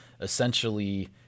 essentially